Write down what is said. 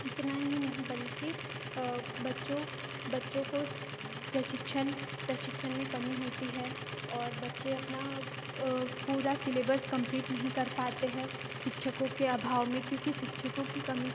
इतना ही नहीं बल्कि बच्चों बच्चों को प्रशिक्षण प्रशिक्षण में कमी होती है और बच्चे अपना पूरा सिलेबस कंप्लीट नहीं कर पाते हैं शिक्षकों के अभाव में क्योंकि शिक्षकों की कमी